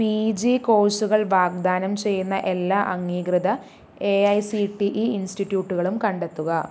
P G കോഴ്സുകൾ വാഗ്ദാനം ചെയ്യുന്ന എല്ലാ അംഗീകൃത A I C T E ഇൻസ്റ്റിറ്റ്യൂട്ടുകളും കണ്ടെത്തുക